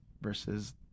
versus